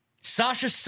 Sasha